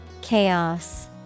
Chaos